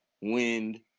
wind